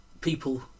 people